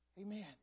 Amen